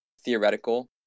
theoretical